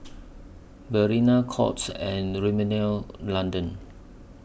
Balina Courts and Rimmel London